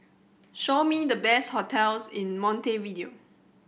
show me the best hotels in Montevideo